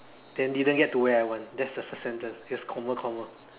then didn't get to where I want that's the first sentence just comma comma